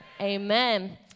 amen